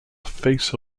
face